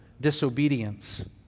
disobedience